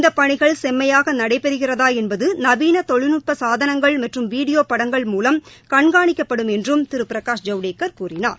இந்த பணிகள் செம்மையாக நடைபெறுகிறதா என்பது நவீன தொழில்நுட்ப சாதனங்கள் மற்றும் வீடியோ படங்கள் மூலம் கண்காணிக்கப்படும் என்றும் திரு பிரகாஷ் ஜவடேக்கர் கூறினார்